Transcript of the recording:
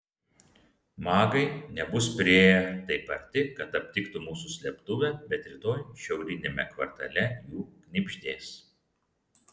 magai nebus priėję taip arti kad aptiktų mūsų slėptuvę bet rytoj šiauriniame kvartale jų knibždės